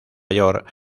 york